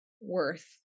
worth